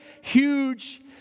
huge